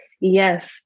Yes